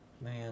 Man